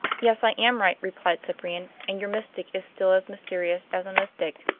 yes, i am right, replied cyprian. and your mystic is still as mysterious as a mystic.